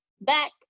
back